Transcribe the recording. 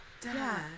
Dad